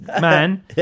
man